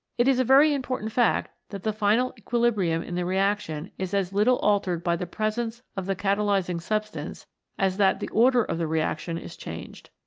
it is a very important fact that the final equi librium in the reaction is as little altered by the presence of the catalysing substance as that the order of the reaction is changed.